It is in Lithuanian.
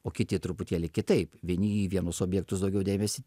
o kiti truputėlį kitaip vieni į vienus objektus daugiau dėmesį